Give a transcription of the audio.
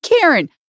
Karen